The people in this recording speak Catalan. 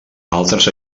altres